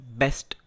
best